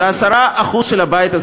זה מה שהצגתם